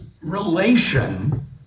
relation